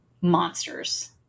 monsters